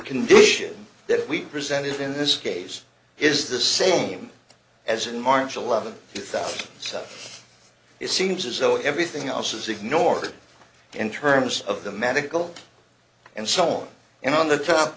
condition that we presented in this case is the same as in march eleventh two thousand so it seems as though everything else is ignored in terms of the medical and so on and on the top